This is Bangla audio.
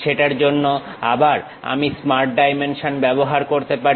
সেটার জন্য আবার আমি স্মার্ট ডাইমেনশন ব্যবহার করতে পারি